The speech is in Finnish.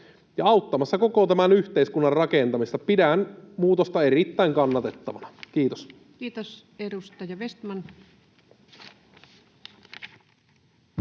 auttamassa koko tämän yhteiskunnan rakentamista. Pidän muutosta erittäin kannatettavana. — Kiitos. Kiitos. — Edustaja Vestman.